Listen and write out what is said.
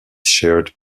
shared